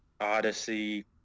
Odyssey